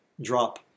drop